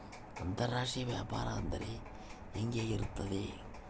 ಅಂತರಾಷ್ಟ್ರೇಯ ವ್ಯಾಪಾರ ಅಂದರೆ ಹೆಂಗೆ ಇರುತ್ತದೆ?